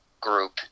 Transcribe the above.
group